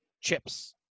chips